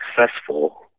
successful